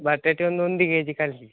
ಬಟಾಟೆ ಒಂದು ಒಂದು ಕೆಜಿ ಕಳಿಸಿ